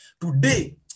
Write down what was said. Today